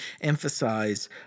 emphasize